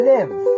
Live